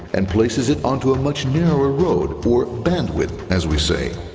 and places it onto a much narrower road, or bandwidth, as we say.